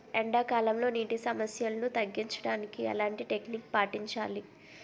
ఎండా కాలంలో, నీటి సమస్యలను తగ్గించడానికి ఎలాంటి టెక్నిక్ పాటించాలి?